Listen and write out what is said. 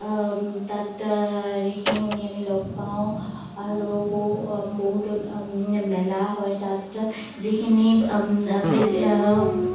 তাত ঋষি মুনি আমি লগ পাওঁ আৰু ব বহুতো মেলা হয় তাত যিখিনি বেছি